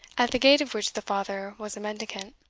at the gate of which the father was a mendicant.